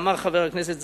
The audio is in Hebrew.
אמר חבר הכנסת זחאלקה,